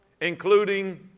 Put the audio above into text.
including